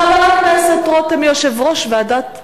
חבר הכנסת רותם, יושב-ראש ועדת חוק,